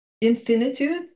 infinitude